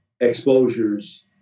exposures